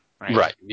Right